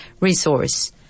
resource